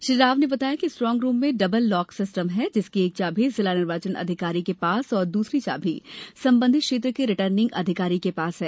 श्री राव ने बताया कि स्ट्रॉग रूम में डबल लॉक सिस्टम है जिसकी एक चाबी जिला निर्वाचन अधिकारी के पास तथा दूसरी चाबी संबंधित क्षेत्र के रिटर्निंग अधिकारी के पास है